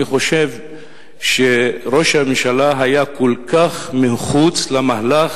אני חושב שראש הממשלה היה כל כך מחוץ למהלך